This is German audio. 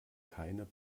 keine